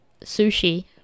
sushi